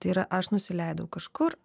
tai yra aš nusileidau kažkur